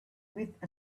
with